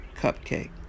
Cupcake